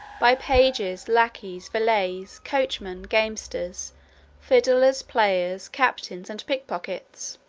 by pages, lackeys, valets, coachmen, gamesters, fiddlers, players, captains, and pickpockets.